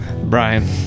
Brian